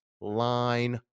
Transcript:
line